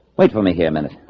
wait for me here a minute